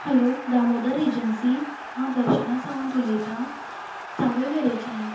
hello Damodar agency हांव दर्शना सावंत उलयतां सावय वेरेंच्यान